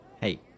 Hey